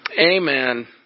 Amen